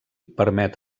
permet